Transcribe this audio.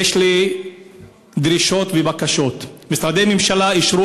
יש לי דרישות ובקשות: משרדי ממשלה אישרו